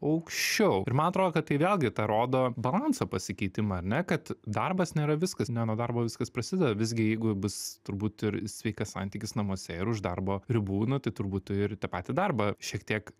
aukščiau ir man atrodo kad tai vėlgi tą rodo balanso pasikeitimą ar ne kad darbas nėra viskas ne nuo darbo viskas prasideda visgi jeigu bus turbūt ir sveikas santykis namuose ir už darbo ribų nu tai turbūt tu ir tą patį darbą šiek tiek